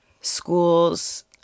schools